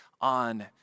on